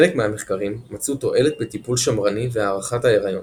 חלק מהמחקרים מצאו תועלת בטיפול שמרני והארכת ההריון,